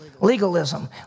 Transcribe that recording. Legalism